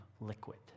liquid